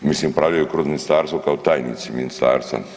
Mislim upravljaju kroz ministarstvo kao tajnici ministarstva.